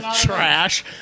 trash